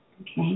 Okay